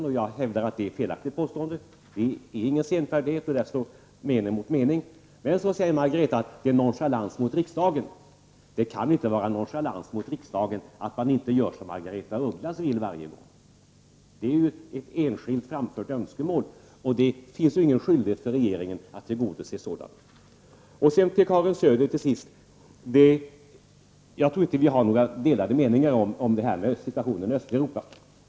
Jag hävdar att det är ett felaktigt påstående — det är inte fråga om någon senfärdighet. Där står mening mot mening. Men sedan sade Margaretha af Ugglas att det också är nonchalans mot riksdagen. Det kan inte vara nonchalans mot riksdagen att man inte gör som Margaretha af Ugglas vill varje gång. Det är ju fråga om ett enskilt framfört önskemål, och det finns ingen skyldighet för regeringen att tillgodose sådana. Till sist några ord till Karin Söder. Jag tror inte vi har några delade meningar om situationen i Östeuropa.